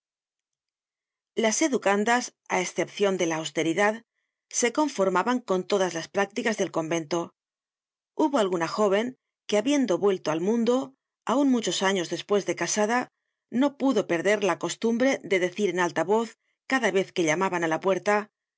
las educandas á escepcion de la austeridad se conformaban con todas las prácticas del convento hubo alguna jóven que habiendo vuelto al mundo aun muchos años despues de casada no pudo perder la costumbre de decir en alta voz cada vez que llamaban á la puerta